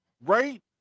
right